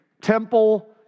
Temple